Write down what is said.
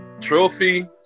trophy